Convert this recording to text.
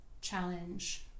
challenge